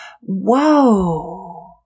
whoa